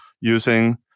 using